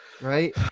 right